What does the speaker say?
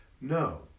No